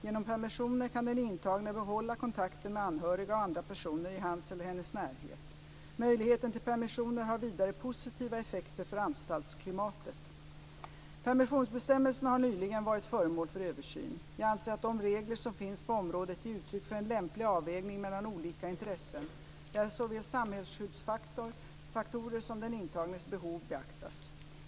Genom permissioner kan den intagne behålla kontakten med anhöriga och andra personer i hans eller hennes närhet. Möjligheten till permissioner har vidare positiva effekter för anstaltsklimatet. Permissionsbestämmelserna har nyligen varit föremål för översyn. Jag anser att de regler som finns på området ger uttryck för en lämplig avvägning mellan olika intressen, där såväl samhällsskyddsfaktorer som den intagnes behov beaktas.